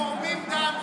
תורמים דם.